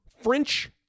French